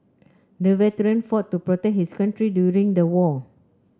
the veteran fought to protect his country during the war